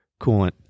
coolant